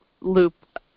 loop